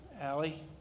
Allie